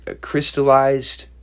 crystallized